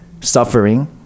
suffering